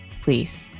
please